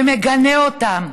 ומגנה אותם,